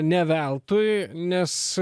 ne veltui nes